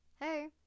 hey